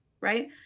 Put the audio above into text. right